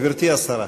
גברתי השרה.